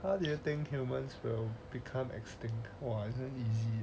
how do you think humans will become extinct !wah! isn't easy